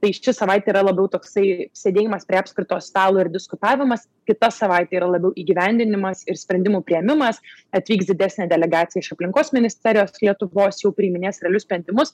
tai ši savaitė yra labiau toksai sėdėjimas prie apskrito stalo ir diskutavimas kita savaitė yra labiau įgyvendinimas ir sprendimų priėmimas atvyks didesnė delegacija iš aplinkos ministerijos lietuvos jau priiminės realius sprendimus